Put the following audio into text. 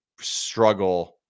struggle